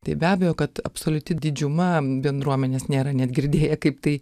tai be abejo kad absoliuti didžiuma bendruomenės nėra net girdėję kaip tai